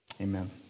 amen